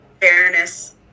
fairness